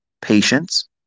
patience